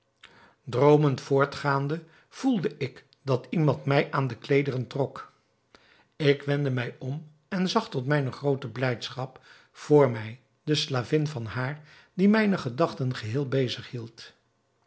droomend voortgaande voelde ik dat iemand mij aan de kleederen trok ik wendde mij om en zag tot mijne groote blijdschap voor mij de slavin van haar die mijne gedachten geheel bezig hield